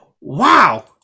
wow